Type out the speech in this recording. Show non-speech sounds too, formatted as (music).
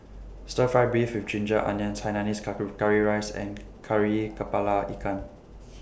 Stir Fry Beef with Ginger Onions Hainanese (unintelligible) Curry Rice and Kari Kepala Ikan